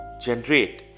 generate